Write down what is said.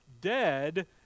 dead